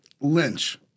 Lynch